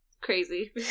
crazy